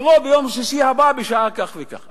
תבואו בפעם הבאה בשעה כך וכך.